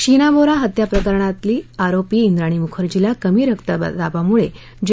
शीना बोरा हत्या प्रकरणातली आरोपी ड्राणी मुखर्जीला कमी रक्तदाबामुळे जे